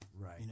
Right